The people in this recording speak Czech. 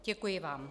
Děkuji vám.